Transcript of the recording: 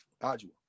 Ajua